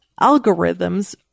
algorithms